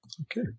Okay